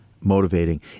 motivating